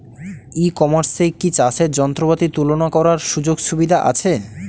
ই কমার্সে কি চাষের যন্ত্রপাতি তুলনা করার সুযোগ সুবিধা আছে?